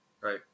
Right